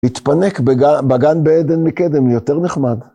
להתפנק בגן בעדן מקדם, יותר נחמד.